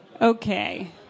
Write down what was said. Okay